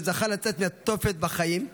שזכה לצאת מהתופת בחיים,